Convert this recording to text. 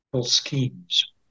schemes